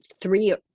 three